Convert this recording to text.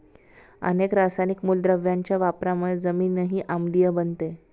अनेक रासायनिक मूलद्रव्यांच्या वापरामुळे जमीनही आम्लीय बनते